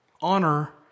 Honor